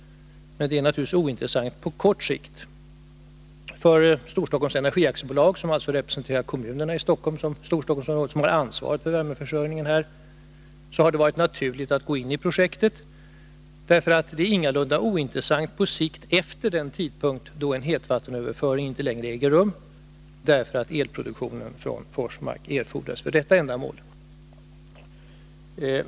Men det är naturligtvis ointressant på kort sikt. För Storstockholms Energiaktiebolag, som representerar kommunerna i Storstockholmsområdet, vilka har ansvaret för värmeförsörjningen här, har det varit naturligt att gå in i projektet. Det är ingalunda ointressant på sikt, efter den tidpunkt då en hetvattenöverföring inte längre äger rum därför att elproduktionen i Forsmark erfordras för det ändamålet.